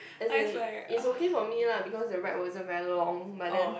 as in is okay for me lah because the ride wasn't very long but then